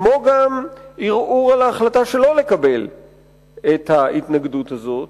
כמו גם ערעור על ההחלטה שלא לקבל את ההתנגדות הזאת,